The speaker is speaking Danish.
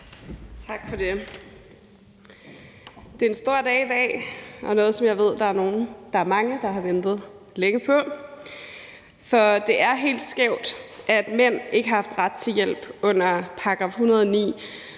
Tak for det. Det er en stor dag i dag, og noget, som jeg ved at der er mange der har ventet længe på. For det er helt skævt, at mænd ikke har haft ret til hjælp under § 109